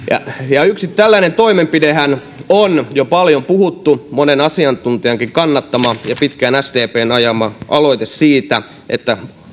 yksi tällainen toimenpidehän on jo paljon puhuttu monen asiantuntijankin kannattama ja sdpn pitkään ajama aloite siitä että